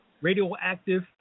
radioactive